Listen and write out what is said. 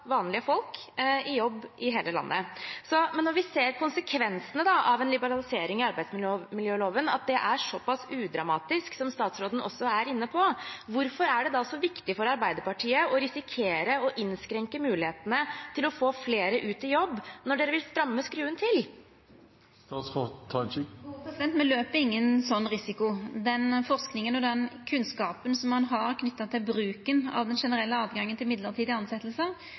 vanlige folk i jobb i hele landet. Når vi ser konsekvensene av en liberalisering i arbeidsmiljøloven, at det er såpass udramatisk som statsråden også er inne på, hvorfor er det da så viktig for Arbeiderpartiet å risikere å innskrenke mulighetene til å få flere ut i jobb – når de vil stramme skruen til? Me utset oss ikkje for ein sånn risiko. Den forskinga og den kunnskapen som ein har knytt til bruken av den generelle åtgangen til